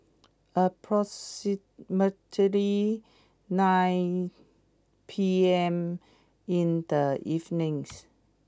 approximately nine P M in the evening